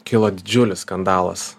kilo didžiulis skandalas